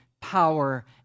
power